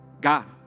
God